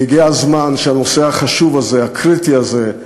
והגיע הזמן שהנושא החשוב הזה, הקריטי הזה,